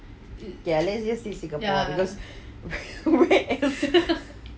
ya let's say only singapore lah because where else